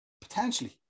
Potentially